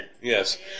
Yes